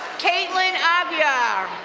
caitlin ivyar.